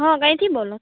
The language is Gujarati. ક્યાંથી બોલો